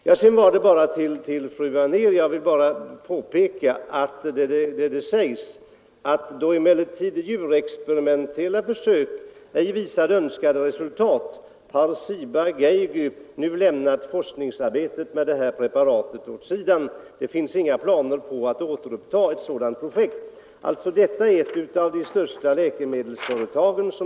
Jag vill påpeka för fru Anér att CIBA-GEIGY själv skriver: ”Då emellertid djurexperimentella försök ej visade önskade resultat har CIBA-GEIGY nu lämnat forskningsarbetet” med det här preparatet åt sidan. Man skriver vidare att det inte finns några planer på att återuppta ett sådant projekt. Det gäller alltså här ett av de största läkemedelsföretagen.